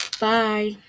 Bye